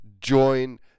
join